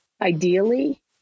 ideally